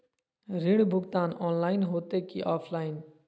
ऋण भुगतान ऑनलाइन होते की ऑफलाइन?